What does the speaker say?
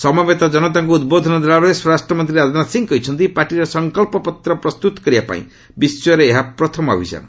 ସମବେତ କନତାଙ୍କ ଉଦ୍ବୋଧନ ଦେଲାବେଳେ ସ୍ୱରାଷ୍ଟ୍ରମନ୍ତ୍ରୀ ରାଜନାଥ ସିଂ କହିଛନ୍ତି ପାଟିର ସଙ୍କଚ୍ଚ ପତ୍ର ପ୍ରସ୍ତୁତ କରିବାପାଇଁ ବିଶ୍ୱରେ ଏହା ପ୍ରଥମ ଅଭିଯାନ